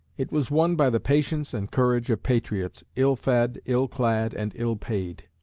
it was won by the patience and courage of patriots, ill-fed, ill-clad and ill-paid.